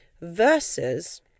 versus